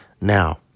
Now